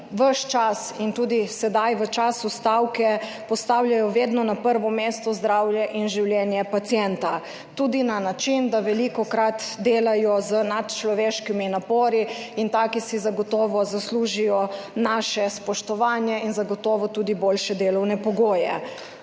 ves čas in tudi sedaj, v času stavke, postavljajo vedno na prvo mesto zdravje in življenje pacienta, tudi na način, da velikokrat delajo z nadčloveškimi napori. Taki si zagotovo zaslužijo naše spoštovanje in zagotovo tudi boljše delovne pogoje.